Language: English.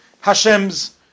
Hashem's